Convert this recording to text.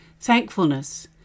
thankfulness